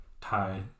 Tie